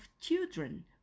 children